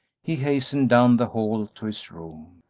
he hastened down the hall to his room.